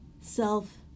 self